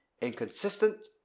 inconsistent